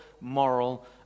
moral